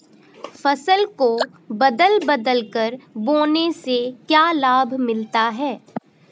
फसल को बदल बदल कर बोने से क्या लाभ मिलता है?